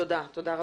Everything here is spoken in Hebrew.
כן, תודה רבה.